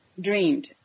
dreamed